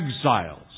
exiles